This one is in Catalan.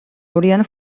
haurien